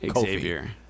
xavier